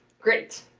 great.